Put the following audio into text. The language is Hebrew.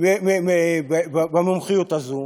במומחיות הזאת,